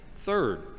Third